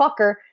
fucker